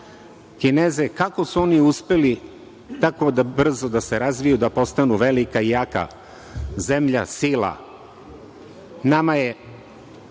Kineze kako su oni uspeli tako brzo da se razviju, da postanu velika i jaka zemlja, sila, nama je